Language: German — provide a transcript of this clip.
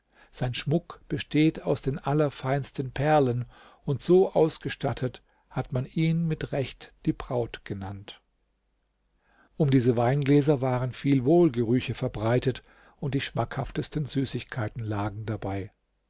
sein schmuck besteht aus den allerfeinsten perlen und so ausgestattet hat man ihn mit recht die braut genannt um diese weingläser waren viel wohlgerüche verbreitet und die schmackhaftesten süßigkeiten lagen dabei